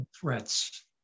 threats